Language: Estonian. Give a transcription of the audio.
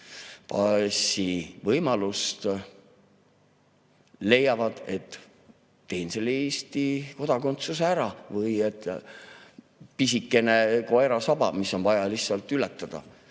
passi võimalust, leiavad, et teen selle Eesti kodakondsuse ära. On pisikene koera saba, mis on vaja lihtsalt üllatada.